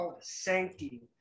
Sankey